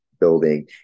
building